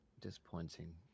disappointing